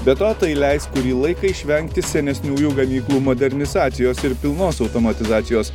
be to tai leis kurį laiką išvengti senesniųjų gamyklų modernizacijos ir pilnos automatizacijos